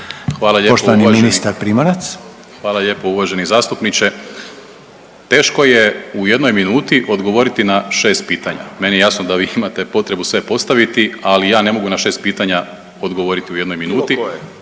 Hvala lijepo uvaženi zastupniče. Teško je u jednoj minuti odgovoriti na 6 pitanja. Meni je jasno da vi imate potrebu sve postaviti, ali ja ne mogu na 6 pitanja odgovoriti u jednoj minuti.